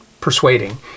persuading